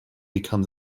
become